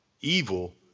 Evil